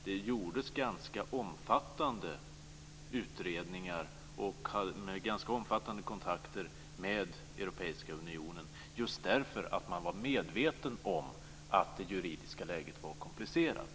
Det gjordes ganska omfattande utredningar, och man hade ganska omfattande kontakter med Europeiska unionen just därför att man var medveten om att det juridiska läget var komplicerat.